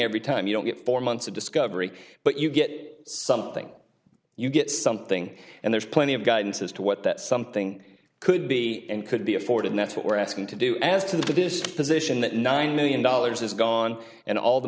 every time you don't get four months of discovery but you get something you get something and there's plenty of guidance as to what that something could be and could be afforded that's what we're asking to do as to this position that nine million dollars is gone and all the